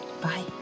bye